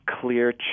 clear